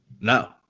No